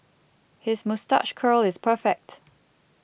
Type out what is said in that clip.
his moustache curl is perfect